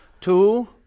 Two